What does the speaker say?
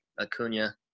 Acuna